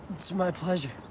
it's my pleasure.